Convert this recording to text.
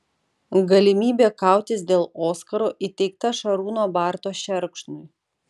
galimybė kautis dėl oskaro įteikta šarūno barto šerkšnui